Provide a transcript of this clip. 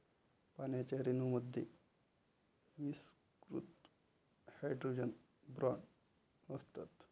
पाण्याच्या रेणूंमध्ये विस्तृत हायड्रोजन बॉण्ड असतात